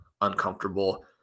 uncomfortable